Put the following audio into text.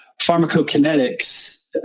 pharmacokinetics